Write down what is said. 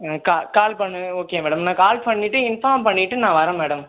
ஆ call call பண்ணு okay madam நான் call பண்ணிவிட்டு இன்ஃபார்ம் பண்ணிவிட்டு நான் வரேன் மேடம்